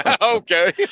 Okay